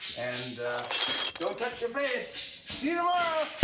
and don't touch your face! see um